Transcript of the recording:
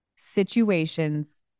situations